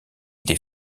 des